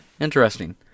interesting